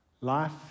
Life